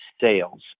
sales